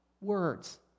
words